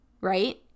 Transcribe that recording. right